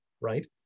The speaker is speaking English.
right